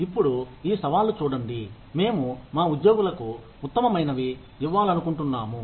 ఇప్పుడు ఈ సవాళ్ళు చూడండి మేము మా ఉద్యోగులకు ఉత్తమమైనవి ఇవ్వాళనుకుంటున్నాము